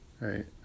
right